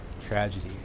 tragedy